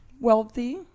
wealthy